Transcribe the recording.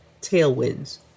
tailwinds